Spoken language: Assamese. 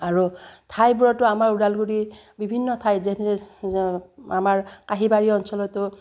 আৰু ঠাইবোৰতো আমাৰ ওদালগুৰিৰ বিভিন্ন ঠাইত যেনে আমাৰ কাঁহীবাৰী অঞ্চলতো